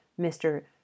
Mr